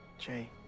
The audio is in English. Jay